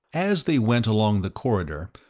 as they went along the corridor,